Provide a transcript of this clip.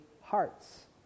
hearts